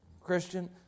Christian